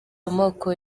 amoko